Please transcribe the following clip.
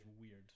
weird